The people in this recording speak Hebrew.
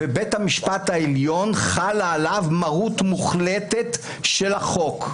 ובית המשפט העליון חלה עליו מרות מוחלטת של החוק.